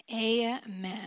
Amen